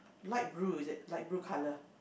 light blue is it light blue colour